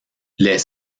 les